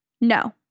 No